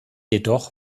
jedoch